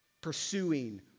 Pursuing